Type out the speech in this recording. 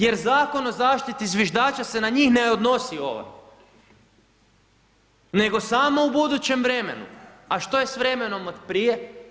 Jer Zakon o zaštiti zviždača se na njih ne odnosi ovdje, nego samo u budućem vremenu, a što je sa vremenom od prije?